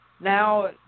Now